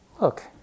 look